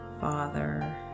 Father